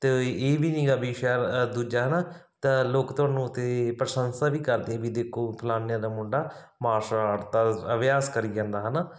ਅਤੇ ਇਹ ਵੀ ਨਹੀਂ ਗਾ ਵੀ ਸ਼ਹਿਰ ਦੂਜਾ ਹੈ ਨਾ ਤਾਂ ਲੋਕ ਤੁਹਾਨੂੰ ਅਤੇ ਪ੍ਰਸ਼ੰਸਾ ਵੀ ਕਰਦੇ ਵੀ ਦੇਖੋ ਫਲਾਨੇ ਦਾ ਮੁੰਡਾ ਮਾਰਸ਼ਲ ਆਰਟ ਦਾ ਅਭਿਆਸ ਕਰੀ ਜਾਂਦਾ ਹੈ ਨਾ